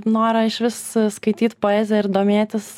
norą išvis skaityt poeziją ir domėtis